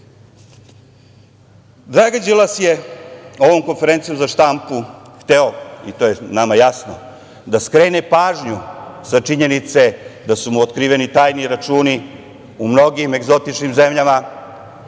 Đilas je ovom konferencijom za štampu hteo, i nama je to jasno, da skrene pažnju sa činjenice da su mu otkriveni tajni računi u mnogim egzotičnim zemljama.